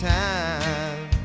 time